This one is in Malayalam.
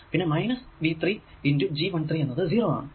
പിന്നെ മൈനസ് V 3 G 13 എന്നത് 0 ആണ്